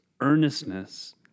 earnestness